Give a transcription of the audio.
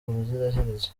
ubuziraherezo